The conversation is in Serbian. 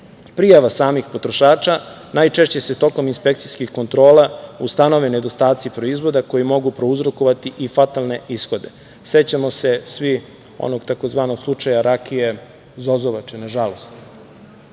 prijava samih potrošača, najčešće se tokom inspekcijskih kontrola ustanove nedostaci proizvoda koji mogu prouzrokovati i fatalne ishode. Sećamo se svi onog tzv. slučaja rakije zozovače, nažalost. Stoga